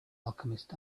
alchemist